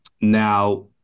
now